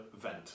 vent